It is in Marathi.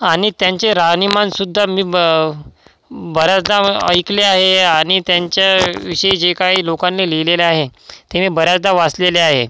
आणि त्यांचे राहणीमान सुद्धा मी ब बऱ्याचदा ऐकली आहे आणि त्यांच्याविषयी जे काही लोकांनी लिहिलेले आहे ते मी बऱ्याचदा वाचलेले आहे